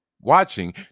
watching